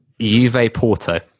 Juve-Porto